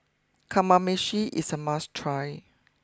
Kamameshi is a must try